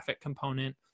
component